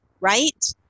right